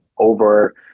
over